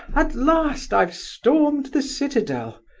at last i've stormed the citadel!